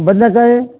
ಬದನೆಕಾಯಿ